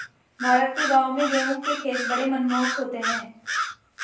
भारत के गांवों में गेहूं के खेत बड़े मनमोहक होते हैं